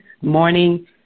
morning